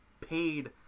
paid